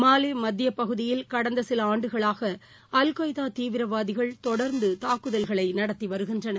மாலிமத்தியபகுதியில் கடந்தசிலஆண்டுகளாகஅல்கொய்தாதீவிரவாதிகள் தொடர்ந்துதாக்குதல்களைநடத்திவருகின்றனர்